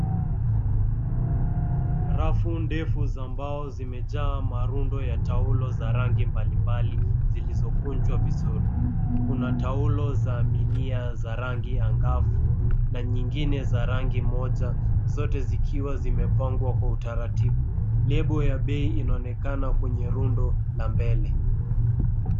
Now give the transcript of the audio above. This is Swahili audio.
Rafu ndefu za mbao zimejaa marundo ya taulo za rangi mbalimbali zilizokunjwa vizuri. Kuna taulo za milia za rangi angavu na nyingine za rangi moja, zote zikiwa zimepangwa kwa utaratibu. Label ya bei inaonekana kwenye rundo la mbele.